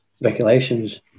regulations